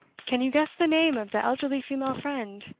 can you guess the name of the elderly female friend?